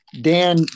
Dan